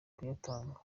kuyatanga